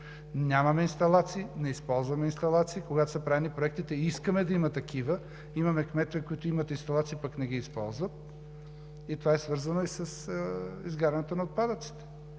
Нямаме инсталации, не използваме инсталации, когато са правени проектите, а искаме да има такива. Имаме кметове, които имат инсталации, пък не ги използват. Това е свързано и с изгарянето на отпадъците.